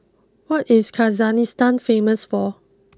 what is Kyrgyzstan famous for